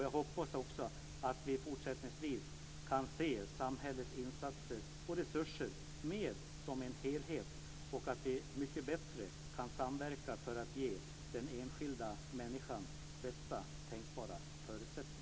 Jag hoppas också att vi fortsättningsvis kan se samhällets insatser och resurser mer som en helhet och att vi mycket bättre kan samverka för att ge den enskilda människan bästa tänkbara förutsättningar.